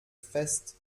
fest